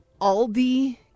Aldi